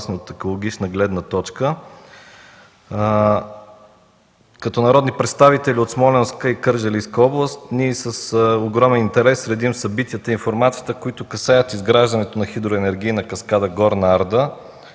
Като народни представители от Смолянска и Кърджалийска област ние с огромен интерес следим събитията и информацията, които касаят изграждането на Хидроенергийна каскада „Горна Арда”.